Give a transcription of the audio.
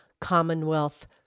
Commonwealth